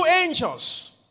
angels